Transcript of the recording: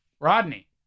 Rodney